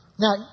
Now